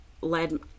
led